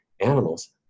animals